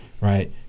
right